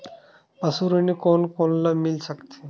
पशु ऋण कोन कोन ल मिल सकथे?